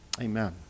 Amen